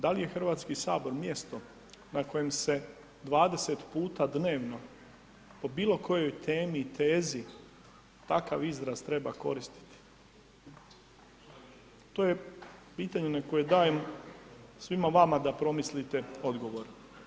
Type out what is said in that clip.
Da li je Hrvatski sabor mjesto na kojem se 20 puta dnevno po bilo kojoj temi i tezi takav izraz treba koristiti, to je pitanje na koje dajem svima vama da promislite odgovor.